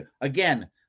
Again